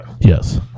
Yes